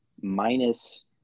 minus